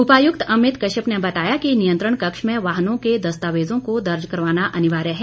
उपायुक्त अमित कश्यप ने बताया कि नियंत्रण कक्ष में वाहनों के दस्तावेजों को दर्ज करवाना अनिवार्य है